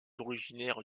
originaire